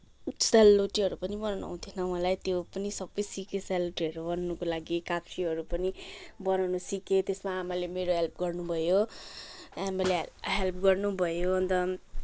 sale रोटीहरू पनि बनाउन आउँथेन मलाई त्यो पनि सबै सिकेँ सेलरोटीहरू बनाउनको लागि खाब्जेहरू पनि बनाउन सिकेँ त्यसमा आमाले मलाई हेल्प गर्नुभयो आमाले हेल्प गर्नुभयो अन्त